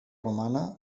romana